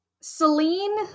Celine